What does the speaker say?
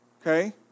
Okay